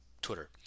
Twitter